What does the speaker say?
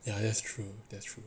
ya that's true that's true